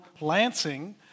Lansing